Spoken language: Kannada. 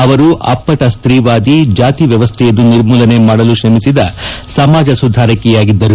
ಅವರು ಅಪ್ಪಟ ಸ್ತೀವಾದಿ ಜಾತಿ ವ್ಯವಸ್ಥೆಯನ್ನು ನಿರ್ಮೂಲನೆ ಮಾಡಲು ಶ್ರಮಿಸಿದ ಸಮಾಜ ಸುಧಾರಕಿ ಆಗಿದ್ದರು